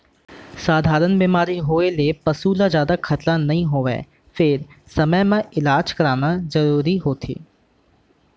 सधारन बेमारी होए ले पसू ल जादा खतरा नइ होवय फेर समे म इलाज कराना जरूरी होथे